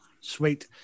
Sweet